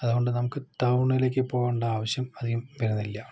അതുകൊണ്ട് നമുക്ക് ടൗണിലേക്ക് പോകേണ്ട ആവശ്യം അധികം വരുന്നില്ല